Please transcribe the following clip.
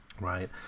Right